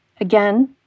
Again